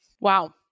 Wow